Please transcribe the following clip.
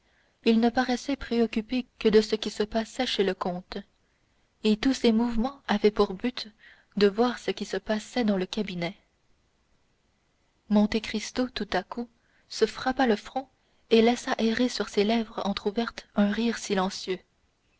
il ne paraissait préoccupé que de ce qui se passait chez le comte et tous ses mouvements avaient pour but de voir ce qui se passait dans le cabinet monte cristo tout à coup se frappa le front et laissa errer sur ses lèvres entrouvertes un rire silencieux